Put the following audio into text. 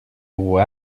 aux